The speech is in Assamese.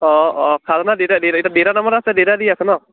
অঁ অঁ খাজানা দেউতাই এতিয়া দেউতাৰ নামত আছে দেউতাই দি আছে ন